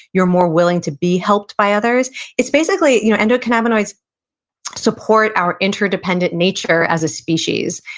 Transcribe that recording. you're more willing to be helped by others it's basically, you know endocannabinoids support our interdependent nature as a species.